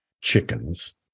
chickens